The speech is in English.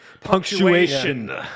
punctuation